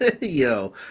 yo